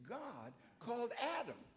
god called adam